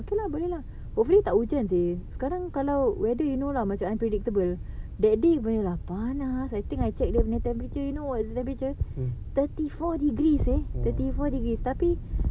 okay lah boleh lah hopefully tak hujan seh sekarang kalau weather you know lah macam unpredictable that day punya lah panas I think I check the temperature you know what's the temperature thirty four degrees seh thirty four degrees tapi